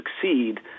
succeed